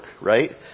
Right